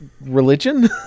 religion